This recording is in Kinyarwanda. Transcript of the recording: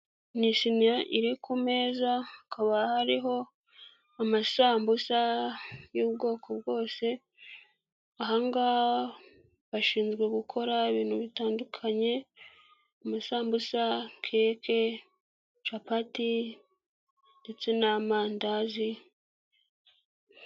Ni isuniya iri ku meza hakaba hariho amasambusa y'ubwoko bwose, aha ngaha bashinzwe gukora ibintu bitandukanye, amasambusa, keke capati ndetse n'amandazi.